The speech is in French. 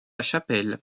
chapelle